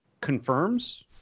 confirms